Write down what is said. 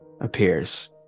appears